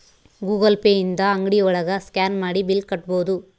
Google Pay ಇಂದ ಅಂಗ್ಡಿ ಒಳಗ ಸ್ಕ್ಯಾನ್ ಮಾಡಿ ಬಿಲ್ ಕಟ್ಬೋದು